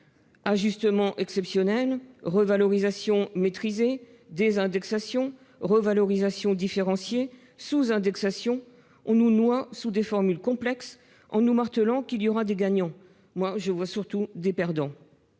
Ajustement exceptionnel »,« revalorisation maîtrisée »,« désindexation »,« revalorisation différenciée »,« sous-indexation »: on nous noie sous des formules complexes, en martelant qu'il y aura des gagnants. Pour ma part, je vois surtout des perdants